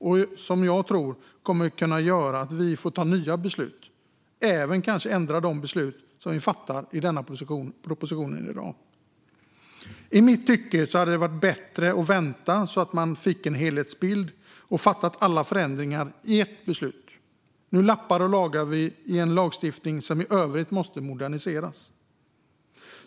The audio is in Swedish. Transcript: Jag tror att den kommer att göra att vi får ta nya beslut och även kanske ändra de beslut som vi fattar i och med denna proposition i dag. I mitt tycke hade det varit bättre att vänta så att man fick en helhetsbild och sedan fatta beslut om alla förändringar i ett beslut. Nu lappar och lagar vi i en lagstiftning som i övrigt måste moderniseras.